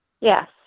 Yes